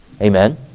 Amen